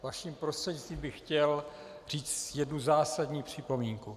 Vaším prostřednictvím bych chtěl říct jednu zásadní připomínku.